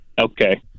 Okay